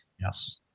Yes